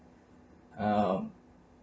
um